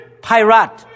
Pirate